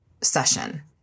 session